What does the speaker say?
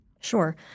Sure